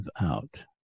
out